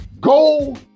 go